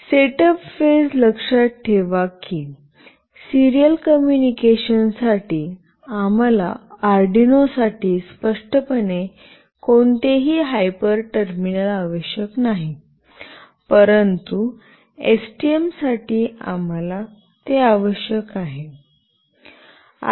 setup phase लक्षात ठेवा की सिरीयल कॉम्युनिकेशनसाठी आम्हाला आर्डिनो साठी स्पष्टपणे कोणतेही हायपर टर्मिनल आवश्यक नाही परंतु एसटीएम साठी आम्हाला ते आवश्यक आहे